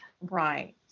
Right